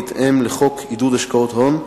בהתאם לחוק עידוד השקעות הון.